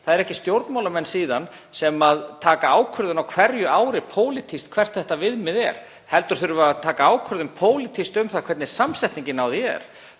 Það eru ekki stjórnmálamenn sem taka síðan ákvörðun á hverju ári pólitískt um það hvert þetta viðmið verður, heldur þurfum við að taka ákvörðun pólitískt um það hvernig samsetningin á því er.